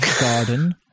garden